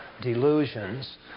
delusions